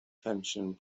pensiwn